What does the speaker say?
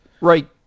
Right